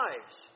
lives